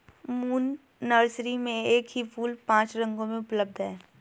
moon Nursery में एक ही फूल पांच रंगों में उपलब्ध है